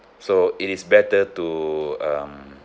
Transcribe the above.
so it is better to um